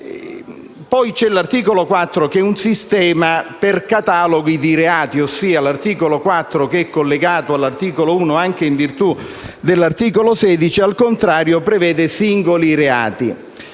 poi l'articolo 4, che riguarda un sistema per cataloghi di reati. L'articolo 4, cioè, che è collegato all'articolo 1, anche in virtù dell'articolo 16, al contrario, prevede singoli reati.